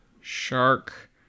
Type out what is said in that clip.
shark